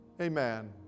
Amen